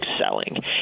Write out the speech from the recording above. selling